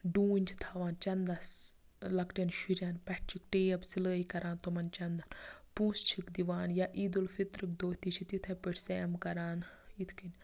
ڈوٗنۍ چھِ تھاوان چَنٛدَس لۅکٕٹٮ۪ن شُرٮ۪ن پٮ۪ٹھٕ چھِ ٹیپ سِلٲے کَران تِمَن چَنٛدَن پۅنٛسہِ چھِکھ دِوان یا عید اَلفِترٔک دۅہ تہِ چھِ تِتھٕے پٲٹھۍ سیَم کَران یِتھٕ کٔنۍ